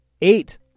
eight